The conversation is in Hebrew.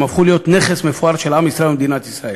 הם הפכו להיות נכס מפואר של עם ישראל ומדינת ישראל.